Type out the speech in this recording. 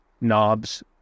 knobs